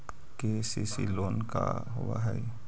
KCC loan का होब हइ?